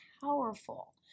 powerful